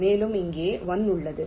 மேலும் இங்கே 1 உள்ளது